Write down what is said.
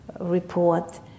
report